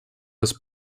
was